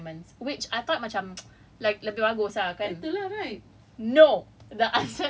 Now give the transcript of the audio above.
very very little exam and then it's all replaced by assignments which I thought macam lebih lebih bagus ah